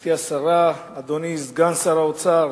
גברתי השרה, אדוני סגן שר האוצר,